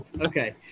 Okay